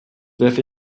werfe